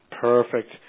perfect